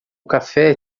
café